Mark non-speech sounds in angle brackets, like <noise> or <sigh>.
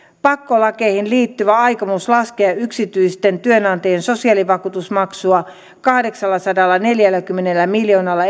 pakkolakeihin liittyvä aikomus laskea yksityisten työnantajien sosiaalivakuutusmaksua kahdeksallasadallaneljälläkymmenellä miljoonalla <unintelligible>